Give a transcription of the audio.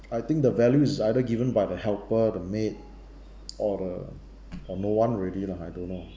I think the values is either given by the helper the maid or the or no one already lah I don't know